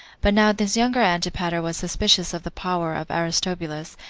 but now this younger antipater was suspicious of the power of aristobulus,